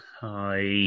Hi